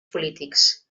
polítics